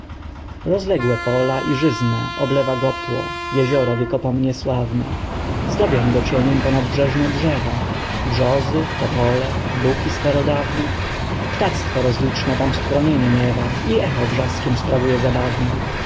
rozległe pola i żyzne oblewa gopło jezioro wiekopomnie sławne zdobią go cieniem ponadbrzeżne drzewa brzozy topole buki starodawne ptactwo rozliczne tam schronienie miewa i echo wrzaskiem sprawuje zabawne